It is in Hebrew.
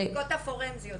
הערכאות הפורנזיות,